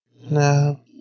No